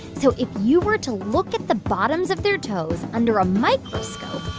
so if you were to look at the bottoms of their toes under a microscope,